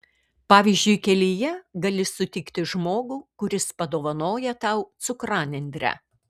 pavyzdžiui kelyje gali sutikti žmogų kuris padovanoja tau cukranendrę